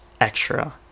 extra